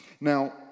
Now